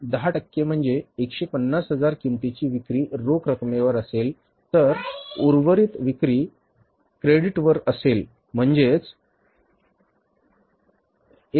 त्या 15 लाखांपैकी 10 टक्के म्हणजेच 150 हजार किमतीची विक्री रोख रकमेवर असेल तर उर्वरित विक्री क्रेडिट वर असेल म्हणजे 1